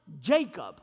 Jacob